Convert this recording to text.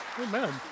Amen